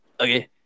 Okay